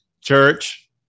church